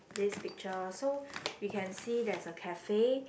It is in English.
this picture so we can see there's a cafe